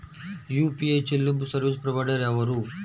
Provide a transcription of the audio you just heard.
UPI చెల్లింపు service provider ఎవరు?